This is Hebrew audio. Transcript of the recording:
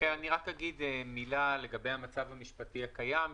רק אגיד מילה לגבי המצב המשפטי הקיים,